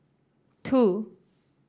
two